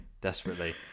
desperately